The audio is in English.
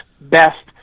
best